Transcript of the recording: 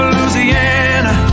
Louisiana